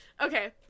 Okay